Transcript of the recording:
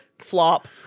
flop